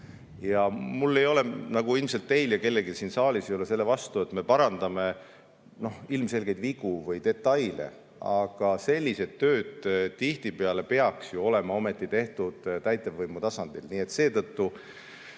Ja mul nagu ilmselt teil kellelgi siin saalis ei ole [midagi] selle vastu, et me parandame ilmselgeid vigu või detaile, aga sellised tööd tihtipeale peaks olema ometi tehtud täitevvõimu tasandil. Seetõttu